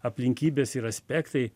aplinkybės ir aspektai